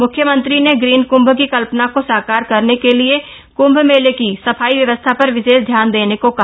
म्ख्यमंत्री ने ग्रीन कृम्भ की कल्पना को साकार करने के लिए कृम्भ मेले की सफाई व्यवस्था पर विशेष ध्यान देने को कहा